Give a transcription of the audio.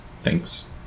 Thanks